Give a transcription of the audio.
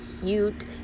cute